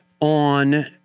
on